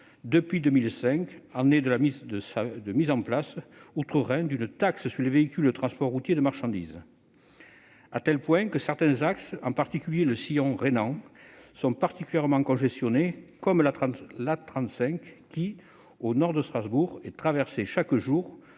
depuis 2005, année de la mise en place outre-Rhin d'une taxe sur les véhicules de transport routier de marchandises. De ce fait, certains axes, notamment le sillon rhénan, sont particulièrement congestionnés. C'est le cas de l'A35, qui, au nord de Strasbourg, est traversée chaque jour